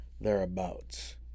thereabouts